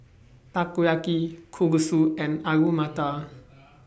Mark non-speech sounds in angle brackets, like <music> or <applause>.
Takoyaki Kalguksu and Alu Matar <noise>